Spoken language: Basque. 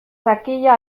sakila